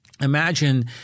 Imagine